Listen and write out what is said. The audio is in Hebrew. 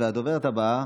הדוברת הבאה,